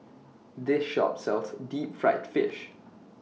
This Shop sells Deep Fried Fish